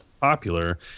popular